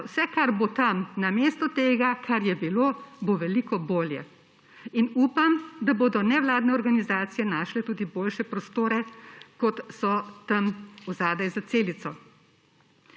Vse, kar bo tam namesto tega, kar je bilo, bo veliko bolje. Upam, da bodo nevladne organizacije našle tudi boljše prostore, kot so tam zadaj za Celico.